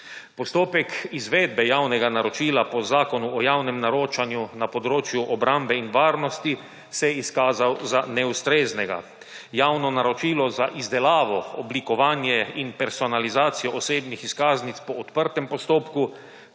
Postopek izvedbe javnega naročila po Zakonu o javnem naročanju na področju obrambe in varnosti se je izkazal za neustreznega. Javno naročilo za izdelavo, oblikovanje in personalizacijo osebnih izkaznic po odprtem postopku